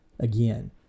again